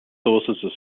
sources